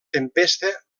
tempesta